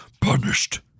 punished